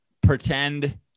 pretend